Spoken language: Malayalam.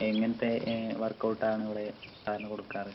എങ്ങനത്തെ വർക്കൗട്ടാണ് ഇവിടെ സാധാരണ കൊടുക്കാറ്